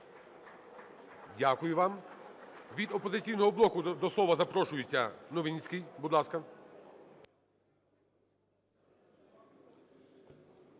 Дякую вам. Від "Опозиційного блоку" до слова запрошується Новинський,